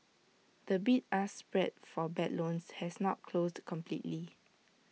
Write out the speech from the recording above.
the bid ask spread for bad loans has not closed completely